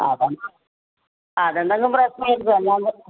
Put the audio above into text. ആ അപ്പം അതെന്തേലും പ്രശ്നമായിരിക്കും അല്ലാതെ